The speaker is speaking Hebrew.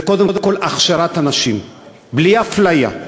זה קודם כול הכשרת אנשים בלי אפליה,